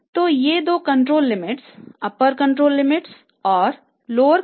तो ये 2 control limits upper control लिमिटहै